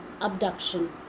abduction